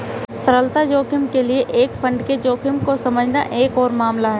तरलता जोखिम के लिए एक फंड के जोखिम को समझना एक और मामला है